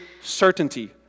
certainty